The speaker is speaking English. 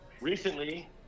Recently